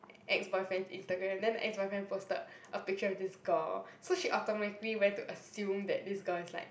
ex-boyfriend's Instagram then the ex-boyfriend posted a picture of this girl so she automatically went to assume that this girl is like